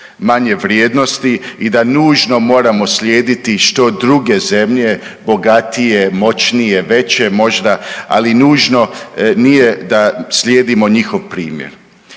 manje vrijednosti i da nužno moramo slijediti što druge zemlje, bogatije, moćnije, veće možda ali nužno nije da slijedimo njihov primjer